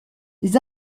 les